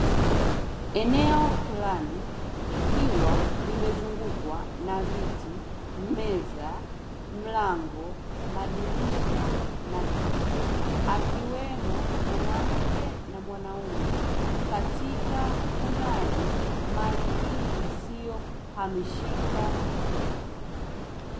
Eneo fulani likiwa limezungukwa na viti, meza, mlango, madirisha na picha, akiwemo mwanamke na mwanaume katika kunadi mali hii isiyohamishika.